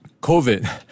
COVID